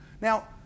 Now